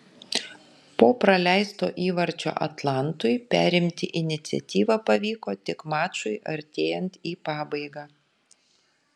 po praleisto įvarčio atlantui perimti iniciatyvą pavyko tik mačui artėjant į pabaigą